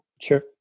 Sure